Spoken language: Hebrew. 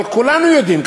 אבל כולנו יודעים,